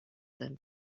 them